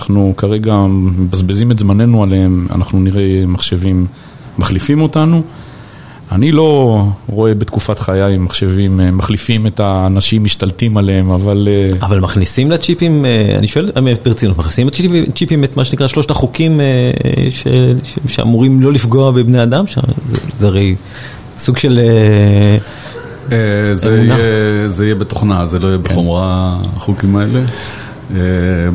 אנחנו כרגע מבזבזים את זמננו עליהם, אנחנו נראה מחשבים מחליפים אותנו. אני לא רואה בתקופת חיי מחשבים, מחליפים את האנשים, משתלטים עליהם, אבל... אבל מכניסים לצ'יפים, אני שואל, ברצינות, מכניסים לצ'יפים את מה שנקרא שלושת החוקים שאמורים לא לפגוע בבני אדם? שזה הרי סוג של... זה יהיה בתוכנה, זה לא יהיה בחומרה החוקים האלה.